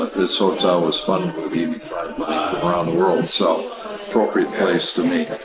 this hotel was from around the world. so appropriate place to meet.